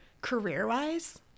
career-wise